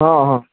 ହଁ ହଁ